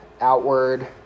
outward